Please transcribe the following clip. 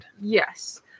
Yes